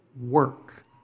work